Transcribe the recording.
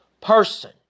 person